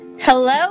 Hello